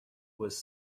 was